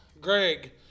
Greg